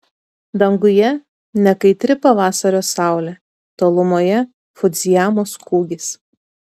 danguje nekaitri pavasario saulė tolumoje fudzijamos kūgis